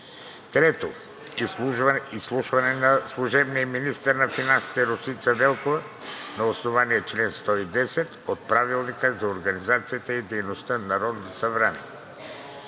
г. 3. Изслушване на служебния министър на финансите Росица Велкова на основание чл. 110 от Правилника за организацията и дейността на Народното събрание